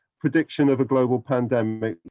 prediction of a global pandemic.